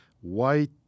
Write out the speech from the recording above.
white